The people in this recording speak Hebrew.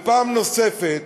ופעם נוספת